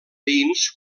veïns